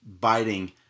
biting